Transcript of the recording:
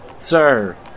sir